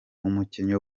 umukinnyi